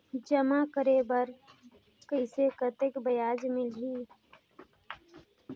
जमा करे बर कइसे कतेक ब्याज मिलही?